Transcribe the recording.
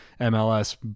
MLS